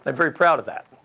and very proud of that.